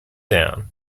down